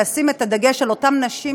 לשים את הדגש על אותן נשים,